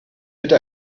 bitte